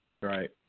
Right